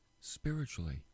spiritually